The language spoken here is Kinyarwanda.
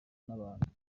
n’abantu